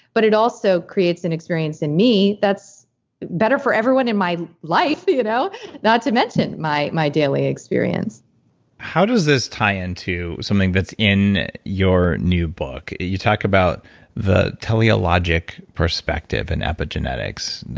but it also creates an experience in me that's better for everyone in my life you know not to mention my my daily experience how does this tie into something that's in your new book? you talk about the teleologic perspective and epigenetics,